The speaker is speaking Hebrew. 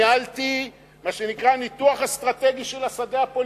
ניהלתי מה שנקרא ניתוח אסטרטגי של השדה הפוליטי,